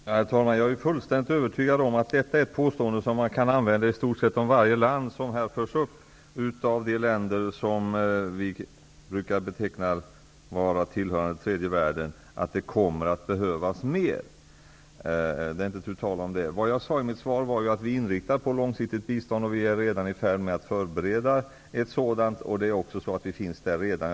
Herr talman! Jag är fullständigt övertygad om att detta -- att det kommer att behövas mer -- är ett påstående som man kan använda om i stort sett varje land som här förs upp av de länder som vi brukar beteckna såsom tillhörande den tredje världen. Det är inte tu tal om att det kommer att behövas mer. Det jag sade i mitt svar var ju att vi är inriktade på ett långsiktigt bistånd och att vi redan är i färd med att förbereda ett sådant. Vi finns där också redan.